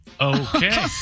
Okay